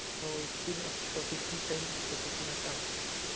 ᱦᱳᱭ ᱛᱤᱱ ᱚᱠᱚᱛ ᱛᱤᱱ ᱚᱠᱛᱚ ᱴᱤᱴᱷᱤᱱ ᱴᱟᱭᱤᱢ ᱚᱠᱛᱚ ᱴᱤᱯᱷᱤᱱ ᱦᱟᱛᱟᱣ